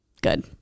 good